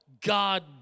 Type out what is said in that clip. God